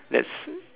that's